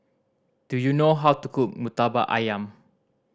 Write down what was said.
do you know how to cook Murtabak Ayam